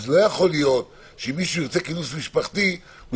אז לא יכול להיות שאם מישהו עושה כינוס משפחתי הוא